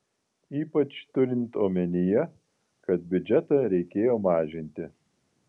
ypač turint omenyje kad biudžetą reikėjo mažinti